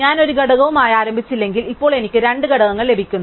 ഞാൻ ഒരു ഘടകവുമായി ആരംഭിച്ചെങ്കിൽ ഇപ്പോൾ എനിക്ക് രണ്ട് ഘടകങ്ങൾ ലഭിക്കുന്നു